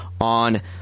on